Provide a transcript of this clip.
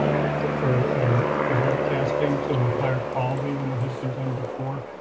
and for for web casting to a higher quality than what has been done before.